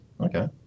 Okay